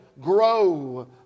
grow